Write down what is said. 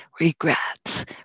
regrets